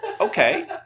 Okay